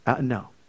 No